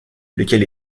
lequel